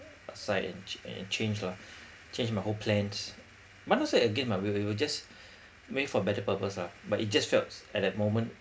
aside and ch~ and change lah change my whole plans but not say regret lah we're we're just make for better purpose lah but it just felt at that moment